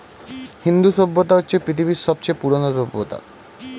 হিন্দু সভ্যতা হচ্ছে পৃথিবীর সবচেয়ে পুরোনো সভ্যতা